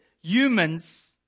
humans